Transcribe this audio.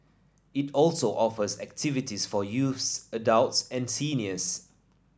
it also offers activities for youths adults and seniors